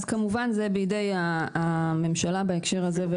אז כמובן שזה בידי הממשלה בהקשר הזה,